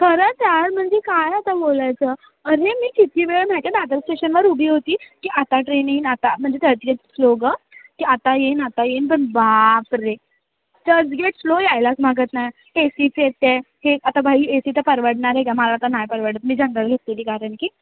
खरंच यार म्हणजे काय आता बोलायचं अरे मी किती वेळ माझ्या दादर स्टेशनवर उभी होती की आता ट्रेन येईल आता म्हणजे चर्चगेट स्लो गं की आता येईल आता येईल पण बाप रे चर्जगेट स्लो यायलाच मागत नाही ए सीच येते हे आता बाई ए सी तर परवडणारे का मला आता नाही परवडत मी जनरल घेतलेली कारणकी